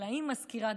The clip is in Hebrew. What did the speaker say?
של האם מזכירה,